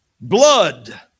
blood